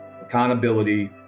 accountability